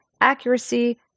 accuracy